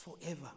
forever